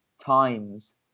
times